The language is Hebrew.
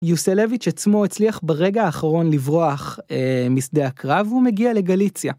יוסלביץ' עצמו הצליח ברגע האחרון לברוח משדה הקרב ומגיע לגליציה.